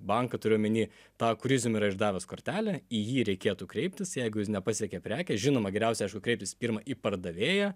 banką turiu omeny tą kuris jums yra išdavęs kortelę į jį reikėtų kreiptis jeigu jus nepasiekė prekė žinoma geriausia aišku kreiptis pirma į pardavėją